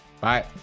Bye